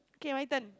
kay my turn